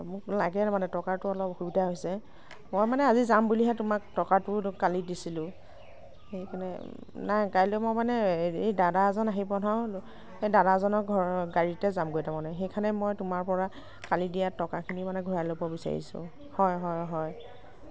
হয় মোক লাগে মানে টকাটো অলপ অসুবিধা হৈছে মই মানে আজি যাম বুলিহে তোমাক টকাটো কালি দিছিলোঁ সেইকাৰণে নাই কাইলৈ মই মানে এই দাদা এজন আহিব নহয় সেই দাদাজনৰ ঘৰৰ গাড়ীতে যামগৈ তাৰমানে সেইকাৰণে মই তোমাৰ পৰা কালি দিয়া টকাখিনি মানে ঘুৰাই ল'ব বিছাৰিছোঁ হয় হয় হয়